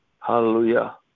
Hallelujah